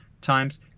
times